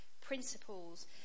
principles